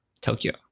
Tokyo